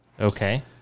Okay